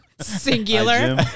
Singular